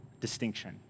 distinction